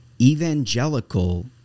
evangelical